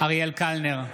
אריאל קלנר,